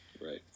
Right